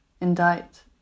indict